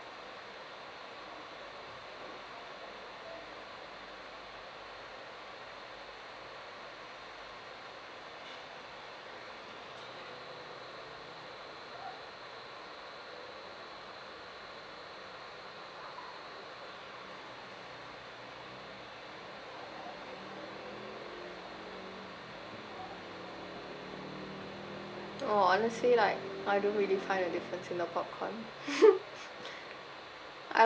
oh honestly like I don't really find a difference in the popcorn